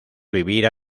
vivir